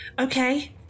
Okay